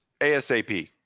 ASAP